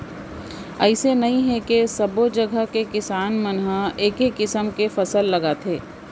अइसे नइ हे के सब्बो जघा के किसान मन ह एके किसम के फसल लगाथे